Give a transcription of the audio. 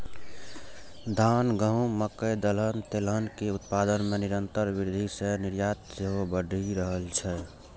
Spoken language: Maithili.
धान, गहूम, मकइ, दलहन, तेलहन के उत्पादन मे निरंतर वृद्धि सं निर्यात सेहो बढ़ि रहल छै